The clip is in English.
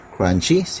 Crunchy